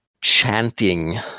chanting